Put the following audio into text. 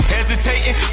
Hesitating